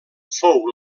fou